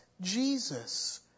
Jesus